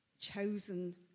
chosen